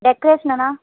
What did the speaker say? decoration Anna